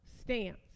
stance